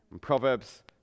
Proverbs